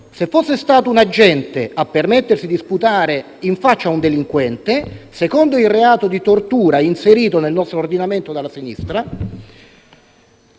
se fosse stato un agente a permettersi di sputare in faccia a un delinquente, secondo il reato di tortura inserito nel nostro ordinamento dalla sinistra,